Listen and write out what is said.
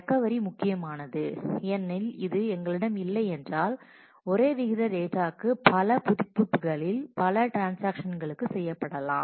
recovery முக்கியமானது ஏனெனில் இது எங்களிடம் இல்லையென்றால் ஒரே விகித டேட்டா க்கு பல புதுப்பிப்புகளில் பல ட்ரான்ஸாக்ஷன்ஸ்களுக்கு செய்யப்படலாம்